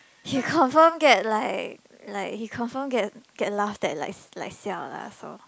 he confirm get like like he confirm get get laughed at like like siao lah so